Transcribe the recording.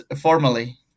formally